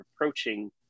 approaching